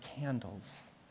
candles